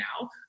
now